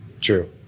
true